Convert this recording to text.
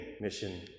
mission